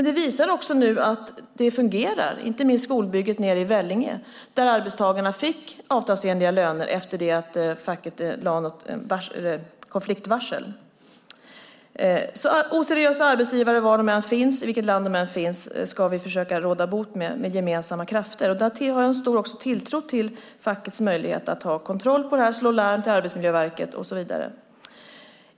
Det visar sig nu att det också fungerar, inte minst när det gäller skolbygget nere i Vellinge. Där fick arbetstagarna avtalsenliga löner efter det att facket lade ett konfliktvarsel. Oseriösa arbetsgivare - var de än finns och i vilket land de än finns - ska vi försöka råda bot på med gemensamma krafter. Jag har en stor tilltro till fackets möjlighet att ha kontroll på detta, slå larm till Arbetsmiljöverket och så vidare.